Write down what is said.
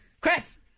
Chris